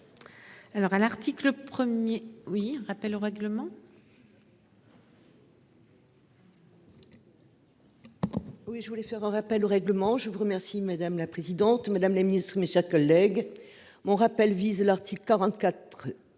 Alors à l'article 1er oui un rappel au règlement. Oui, je voulais faire un rappel au règlement. Je vous remercie madame la présidente, mesdames les ministres, mes chers collègues. Mon rappel vise l'article 44